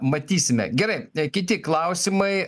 matysime gerai kiti klausimai